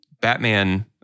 Batman